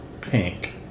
pink